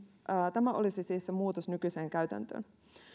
tämä olisi siis se muutos nykyiseen käytäntöön